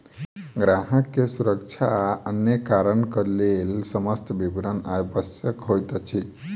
ग्राहक के सुरक्षा आ अन्य कारणक लेल समस्त विवरण आवश्यक होइत अछि